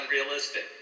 unrealistic